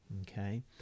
okay